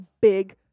big